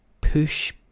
push